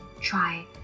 Try